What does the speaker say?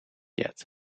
yet